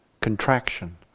contraction